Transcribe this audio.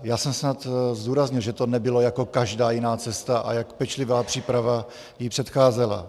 Já jsem snad zdůraznil, že to nebylo jako každá jiná cesta a jak pečlivá příprava jí předcházela.